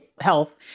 health